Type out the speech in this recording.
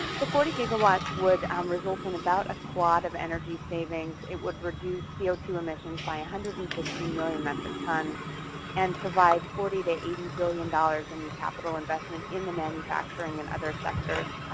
the forty gigawatts would um result in about a quad of energy savings. it would reduce c o two emissions by a hundred and fifteen million metric tons and provide forty to eighty billion dollars in the capital investment in the manufacturing and other sectors,